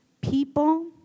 people